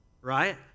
right